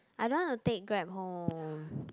I don't want to take Grab home